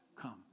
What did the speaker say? come